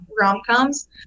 rom-coms